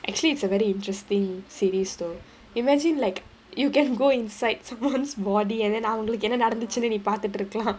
actually it's a very interesting series though imagine like you can go inside one's body and then அவங்களுக்கு என்ன நடந்துச்சுனு நீ பாத்திட்டு இருக்கலாம்:avangalukku enna nadanthuchunu nee paathittu irukkalaam